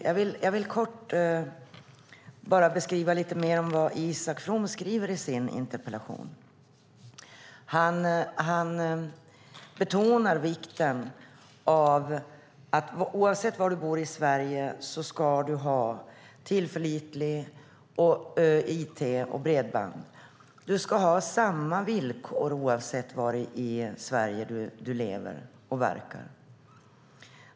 Jag vill kortfattat redogöra lite mer för vad Isak From skriver i sin interpellation. Han betonar vikten av att man oavsett var i Sverige man bor ska ha tillförlitlighet när det gäller it och bredband. Man ska ha samma villkor oavsett var i Sverige man lever och verkar.